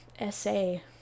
essay